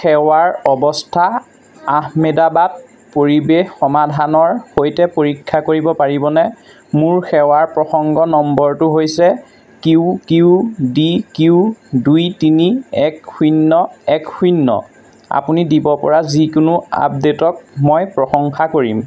সেৱাৰ অৱস্থা আহমেদাবাদ পৰিৱেশ সমাধানৰ সৈতে পৰীক্ষা কৰিব পাৰিবনে মোৰ সেৱাৰ প্ৰসংগ নম্বৰটো হৈছে কিউ কিউ ডি কিউ দুই তিনি এক শূন্য এক শূন্য আপুনি দিব পৰা যিকোনো আপডে'টক মই প্ৰশংসা কৰিম